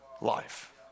life